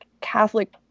Catholic